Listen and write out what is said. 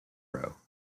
row